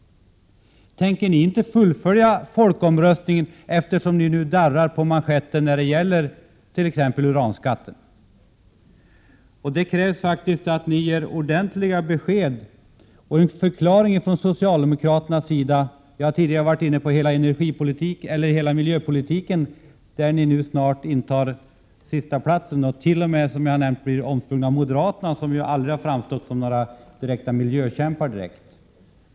Tänker ni inte fullfölja er linje i folkomröstningen, eftersom ni nu darrar på manschetten t.ex. i fråga om uranskatten? Det krävs faktiskt att ni ger ordentligt besked på denna punkt och en förklaring. Vi har tidigare diskuterat miljöpolitiken. På detta område intar socialdemokraterna snart sista platsen. Ni blir t.o.m. omsprungna av moderaterna, som ju aldrig direkt har framstått som några miljökämpar.